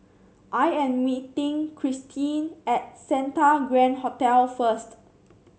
I am meeting Kirstie at Santa Grand Hotel first